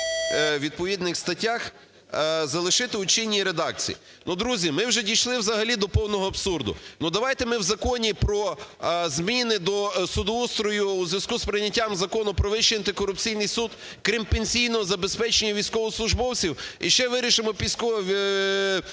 відповідних статтях залишити в чинній редакції. Друзі, ми вже дійшли взагалі до повного абсурду. Давайте ми в Законі про зміни до судоустрою у зв'язку з прийняттям Закону "Про Вищий антикорупційний суд", крім пенсійного забезпечення військовослужбовців, і ще вирішимо пенсійне